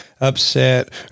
upset